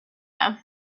have